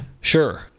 sure